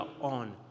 on